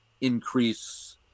increase